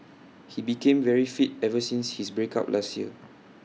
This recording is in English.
he became very fit ever since his break up last year